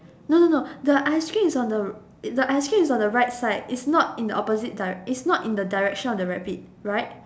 no no no the ice cream is on the the ice cream is on the right it's not in the opposite it's not in the direction of the rabbit right